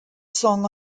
song